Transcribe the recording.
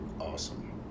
awesome